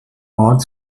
ort